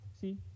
see